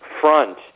front